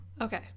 Okay